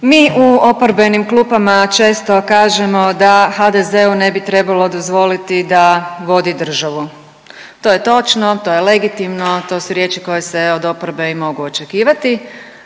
Mi u oporbenim klupama često kažemo da HDZ-u ne bi trebalo dozvoliti da vodi državu. To je točno, to je legitimno, to su riječi koje se od oporbe i mogu očekivati,